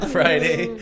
Friday